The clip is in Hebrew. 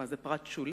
מה זה, פרט שולי?